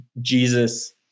Jesus